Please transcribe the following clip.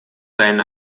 seinen